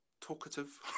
talkative